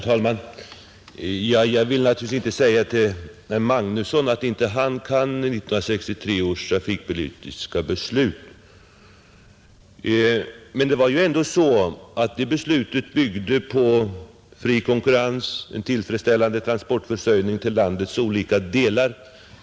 Herr talman! Jag vill naturligtvis inte säga till herr Magnusson i Kristinehamn att han inte kan 1963 års trafikpolitiska beslut, men det var ändå så att det beslutet byggde på fri konkurrens, kostnadsansvar och en tillfredsställande transportförsörjning för landets olika delar.